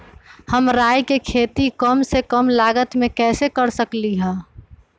हम राई के खेती कम से कम लागत में कैसे कर सकली ह?